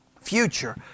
future